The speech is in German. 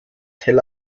tel